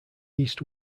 east